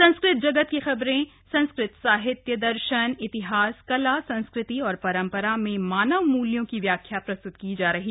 संस्कृत जगत की खबरें संस्कृत साहित्य दर्शन इतिहास कला संस्कृति और परम्परा में मानव मूल्यों की व्याख्या प्रस्त्त की जाएगी